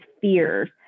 fears